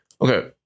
Okay